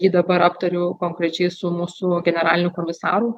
jį dabar aptariu konkrečiai su mūsų generaliniu komisaru